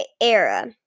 era